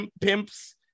pimps